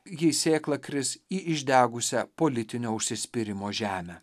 jei sėkla kris į išdegusią politinio užsispyrimo žemę